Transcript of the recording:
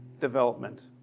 development